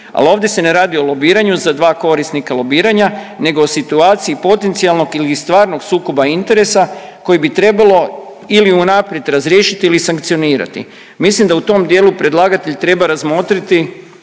ali ovdje se ne radi o lobiranju za dva korisnika lobiranja nego o situaciji potencijalnog ili stvarnog sukoba interesa koji bi trebalo ili unaprijed razriješiti ili sankcionirati. Mislim da u tom dijelu predlagatelj treba razmotriti